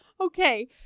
Okay